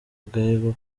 agahigo